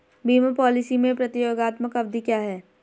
बीमा पॉलिसी में प्रतियोगात्मक अवधि क्या है?